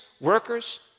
workers